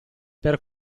per